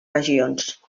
regions